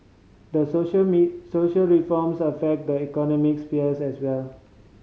the social me social reforms affect the economic sphere as well